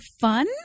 fun